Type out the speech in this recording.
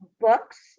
books